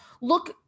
look